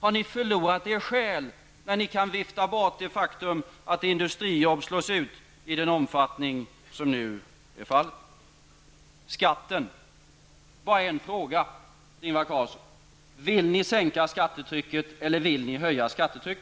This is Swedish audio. Har ni förlorat er själ när ni kan vifta bort det faktum att industrijobb slås ut i den omfattning som nu är fallet? Bara en fråga till Ingvar Carlsson om skatten: Vill ni sänka skattetrycket eller vill ni höja det?